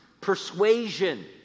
persuasion